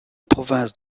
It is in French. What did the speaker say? province